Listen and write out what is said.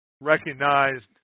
recognized